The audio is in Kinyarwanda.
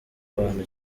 bantu